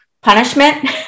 punishment